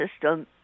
system